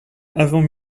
avant